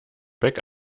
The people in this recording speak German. back